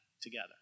together